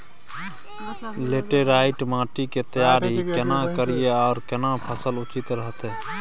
Laterite माटी की तैयारी केना करिए आर केना फसल उचित रहते?